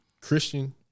Christian